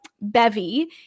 bevy